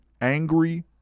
angry